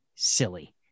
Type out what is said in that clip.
silly